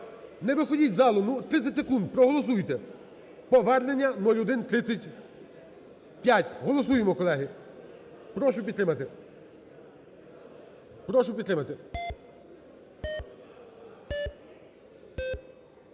Не виходьте з залу, ну, 30 секунд, проголосуйте! Повернення 0135. Голосуємо, колеги. Прошу підтримати. Прошу підтримати.